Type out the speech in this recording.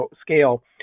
scale